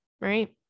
right